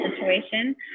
situation